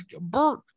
Bert